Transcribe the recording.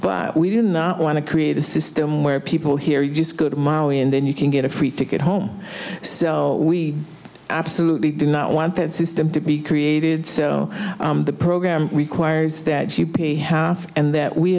but we do not want to create a system where people here are just good and then you can get a free ticket home we absolutely do not want that system to be created so the program requires that you pay half and that we